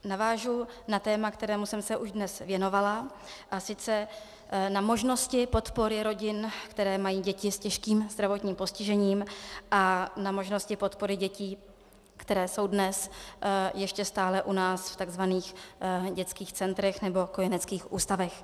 Navážu na téma, kterému jsem se už dnes věnovala, a sice na možnosti podpory rodin, které mají děti s těžkým zdravotním postižením, a na možnosti podpory dětí, které jsou dnes ještě stále u nás v takzvaných dětských centrech nebo v kojeneckých ústavech.